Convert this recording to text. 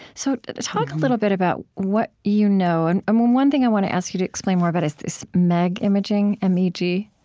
so talk a little bit about what you know and um um one thing i want to ask you to explain more about is this meg imaging, m e g,